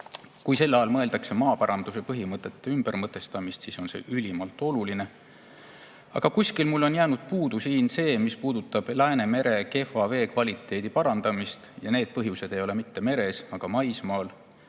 Kui selle all mõeldakse maaparanduse põhimõtete ümbermõtestamist, siis on see ülimalt oluline. Aga kuskil siin on minu arust jäänud puudu see, mis puudutab Läänemere kehva veekvaliteedi parandamist. Ja need põhjused ei ole mitte meres, vaid on maismaal: